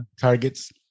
Targets